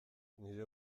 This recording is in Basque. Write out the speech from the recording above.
nire